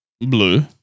blue